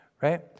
right